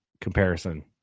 comparison